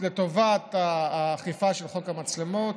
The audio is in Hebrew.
לטובת האכיפה של חוק המצלמות,